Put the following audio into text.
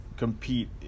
compete